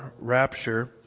rapture